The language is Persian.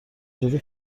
جوری